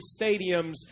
Stadiums